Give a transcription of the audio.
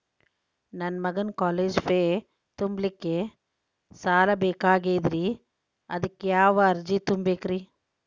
ನನ್ನ ಮಗನ college fee ತುಂಬಲಿಕ್ಕೆ ಸಾಲ ಬೇಕಾಗೆದ್ರಿ ಅದಕ್ಯಾವ ಅರ್ಜಿ ತುಂಬೇಕ್ರಿ?